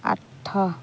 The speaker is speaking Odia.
ଆଠ